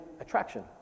attraction